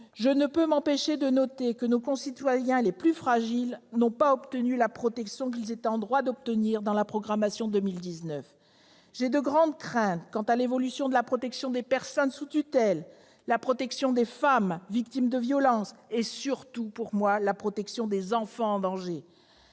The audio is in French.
Je ne peux que noter que nos concitoyens les plus fragiles n'ont pas obtenu la protection qu'ils étaient en droit d'attendre dans la programmation pour 2019. Je nourris de grandes craintes quant à l'évolution de la protection des personnes sous tutelle, des femmes victimes de violences et, surtout, des enfants en danger.